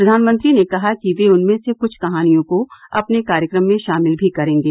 प्रधानमंत्री ने कहा कि वे उनमें से कुछ कहानियों को अपने कार्यक्रम में शामिल भी करेंगे